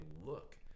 look